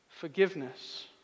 forgiveness